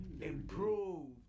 improved